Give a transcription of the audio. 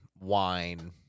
wine